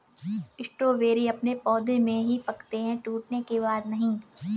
strawberry अपने पौधे में ही पकते है टूटने के बाद नहीं